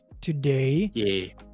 today